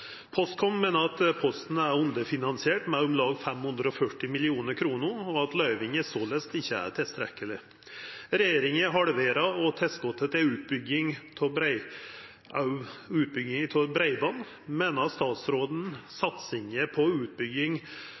Postkom meiner Posten er underfinansiert med om lag 540 millionar kroner, og at løyvinga såleis ikkje er tilstrekkeleg. Regjeringa halverer òg tilskotet til utbygging av breiband. Meiner statsråden satsinga på